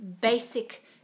basic